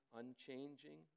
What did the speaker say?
unchanging